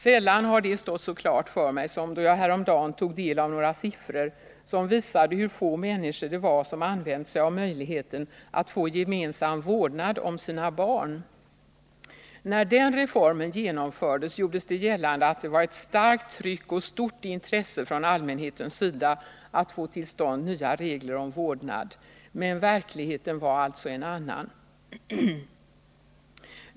Sällan har detta stått så klart för mig som då jag häromdagen tog del av några siffror som visade hur få människor När den reformen genomfördes gjordes det gällande att det var ett starkt Tisdagen den tryck och ett stort intresse från allmänhetens sida att få till stånd nya regler för 18 december 1979 vårdnaden. Men verkligheten var alltså en annan.